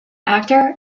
actor